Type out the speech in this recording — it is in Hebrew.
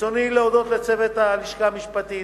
ברצוני להודות לצוות הלשכה המשפטית,